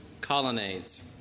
colonnades